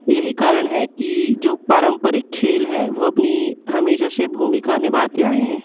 यही कारण है कि जो पारम्परिक खेल हैं वह अपनी हमेशा से भूमिका निभाते आए हैं